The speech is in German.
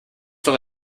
doch